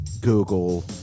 Google